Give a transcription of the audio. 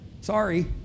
Sorry